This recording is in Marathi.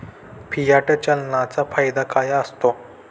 फियाट चलनाचा फायदा काय असतो?